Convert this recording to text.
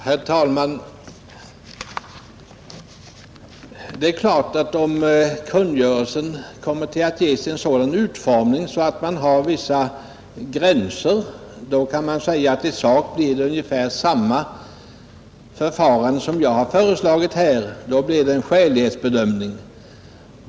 Herr talman! Det är klart att om kungörelsen kommer att ges en sådan utformning att man har vissa gränser, så kan man säga att det i sak blir ungefär samma förfarande som jag har föreslagit. Då blir det en skälighetsbedömning.